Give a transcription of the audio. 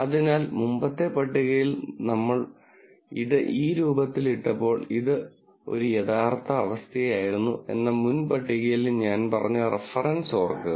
അതിനാൽ മുമ്പത്തെ പട്ടികയിൽ നമ്മൾ ഇത് ഈ രൂപത്തിൽ ഇട്ടപ്പോൾ ഇത് ഒരു യഥാർത്ഥ അവസ്ഥയായിരുന്നു എന്ന മുൻ പട്ടികയിലെ ഞാൻ പറഞ്ഞ റഫറൻസ് ഓർക്കുക